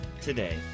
today